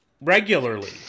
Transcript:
regularly